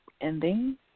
ending